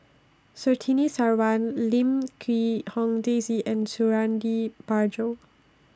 Surtini Sarwan Lim Quee Hong Daisy and Suradi Parjo